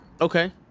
Okay